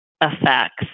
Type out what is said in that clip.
effects